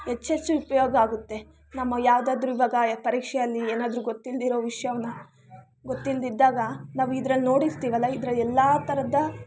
ಹೆಚ್ಚೆಚ್ಚು ಉಪಯೋಗ ಆಗುತ್ತೆ ನಮ್ಮ ಯಾವುದಾದ್ರೂ ಇವಾಗ ಪರೀಕ್ಷೆಯಲ್ಲಿ ಏನಾದ್ರೂ ಗೊತ್ತಿಲ್ದಿರೋ ವಿಷ್ಯನ ಗೊತ್ತಿಲ್ದಿದ್ದಾಗ ನಾವು ಇದರಲ್ಲಿ ನೋಡಿರ್ತಿವಲ್ಲ ಇದರ ಎಲ್ಲ ಥರದ